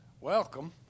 welcome